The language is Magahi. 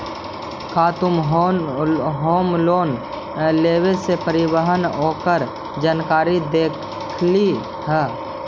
का तु होम लोन लेवे से पहिले ओकर जानकारी देखलही हल?